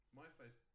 myspace